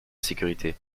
sécurité